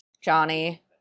Johnny